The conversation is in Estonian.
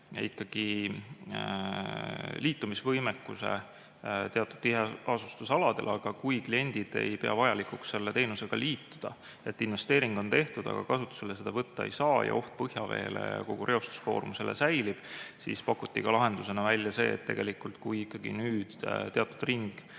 liitumisvõimekuse teatud tiheasustusaladel, aga kui kliendid ei pea vajalikuks selle teenusega liituda – investeering on tehtud, aga kasutusele seda võtta ei saa ning oht põhjaveele ja kogu reostuskoormusele säilib –, siis pakuti lahendusena välja see, et kui ikkagi nüüd teatud ring